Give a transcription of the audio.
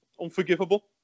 unforgivable